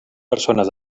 persones